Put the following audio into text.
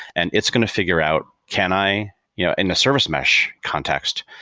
and it's going to figure out, can i yeah in the service mesh context,